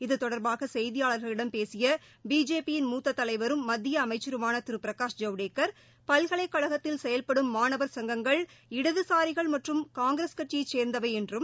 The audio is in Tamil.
இது தொடர்பாக செய்தியாள்களிடம் பேசிய பிஜேபி யின் மூத்த தலைவரும் மத்திய அமைச்சருமான திரு பிரகாஷ் ஜவடேக்கர் பல்கலைக்கழகத்தில் செயல்படும் மாணவர் சங்கங்கங்கள் இடதுசாரிகள் மற்றும் காங்கிரஸ் கட்சியை சார்ந்தவை என்றும்